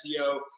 SEO